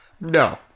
No